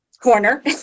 corner